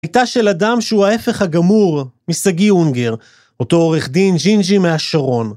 קליטה של אדם שהוא ההפך הגמור משגיא אונגר, אותו עורך דין ג'ינג'י מהשרון.